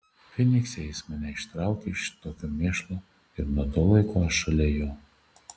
fynikse jis mane ištraukė iš tokio mėšlo ir nuo to laiko aš šalia jo